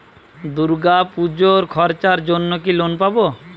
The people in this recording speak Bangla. দূর্গাপুজোর খরচার জন্য কি লোন পাব?